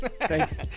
thanks